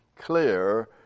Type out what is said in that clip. clear